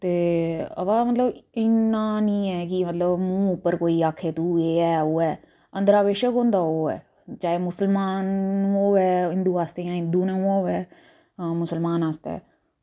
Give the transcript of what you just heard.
बाऽ मतलब इन्ना निं ऐ की मूहं पर कोई आक्खै कि यह् ऐ वो ऐ अंदरा कुछ गै होंदा ओह् ऐ जां मुसलमान होऐ जां हिंदु होऐ मुसलमान आस्तै